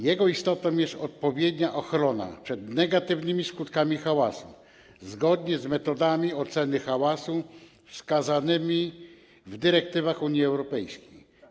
Jego istotą jest odpowiednia ochrona przed negatywnymi skutkami hałasu, zgodnie z metodami oceny hałasu wskazanymi w dyrektywach Unii Europejskiej.